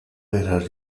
era